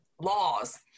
laws